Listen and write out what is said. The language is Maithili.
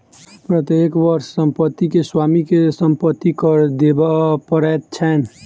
प्रत्येक वर्ष संपत्ति के स्वामी के संपत्ति कर देबअ पड़ैत छैन